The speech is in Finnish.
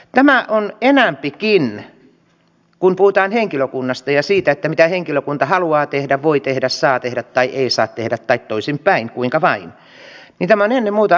tämä on ennen muuta kun puhutaan henkilökunnasta ja siitä mitä henkilökunta haluaa tehdä voi tehdä saa tehdä tai ei saa tehdä tai toisinpäin kuinka vain ammatinvalintakysymys